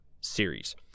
series